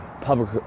public